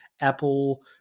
Apple